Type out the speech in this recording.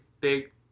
big